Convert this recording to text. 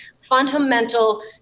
fundamental